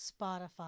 Spotify